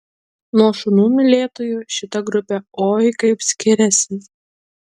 nuo šunų mylėtojų šita grupė oi kaip skiriasi